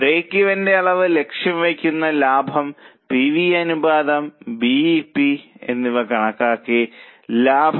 break ഇവന്റെ അളവ് ലക്ഷ്യം വയ്ക്കുന്ന ലാഭം പി വി അനുപാതം ബി ഇ പി പിന്നെ കണക്കാക്കപ്പെടുന്ന ലാഭം